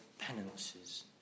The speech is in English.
penances